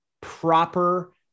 proper